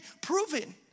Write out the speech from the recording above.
proven